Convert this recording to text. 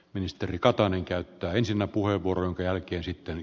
ministeri katainen käyttää ensinnä puheenvuoron hyvät edustajat